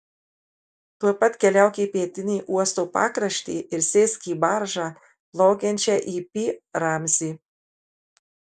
tuoj pat keliauk į pietinį uosto pakraštį ir sėsk į baržą plaukiančią į pi ramzį